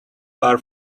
are